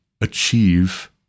achieve